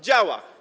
Działa.